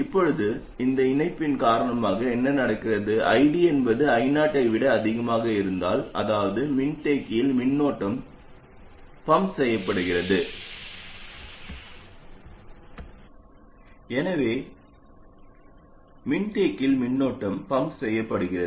இப்போது இந்த இணைப்பின் காரணமாக என்ன நடக்கிறது ID என்பது I0 ஐ விட அதிகமாக இருந்தால் அதாவது மின்தேக்கியில் மின்னோட்டம் பம்ப் செய்யப்படுகிறது